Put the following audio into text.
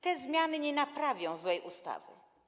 Te zmiany nie naprawią złej ustawy.